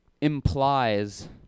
implies